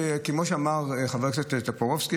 כמו שאמר חבר הכנסת טופורובסקי,